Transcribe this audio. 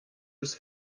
eus